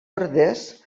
ordes